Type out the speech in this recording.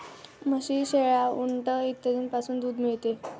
म्हशी, शेळ्या, उंट इत्यादींपासूनही दूध मिळते